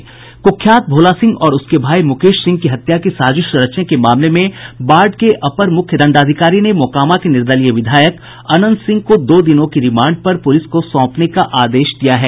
कुख्यात भोला सिंह और उसके भाई मुकेश सिंह की हत्या की साजिश रचने के मामले में बाढ़ के अपर मुख्य दंडाधिकारी ने मोकामा के निर्दलीय विधायक अनंत सिंह को दो दिनों की रिमांड पर पुलिस को सौंपने का आदेश दिया है